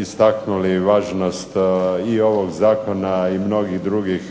istaknuli važnost i ovog zakona i mnogih drugih